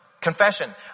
confession